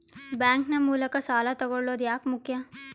Bank ನ ಮೂಲಕ ಸಾಲ ತಗೊಳ್ಳೋದು ಯಾಕ ಮುಖ್ಯ?